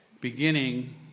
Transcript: beginning